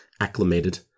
acclimated